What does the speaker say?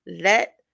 Let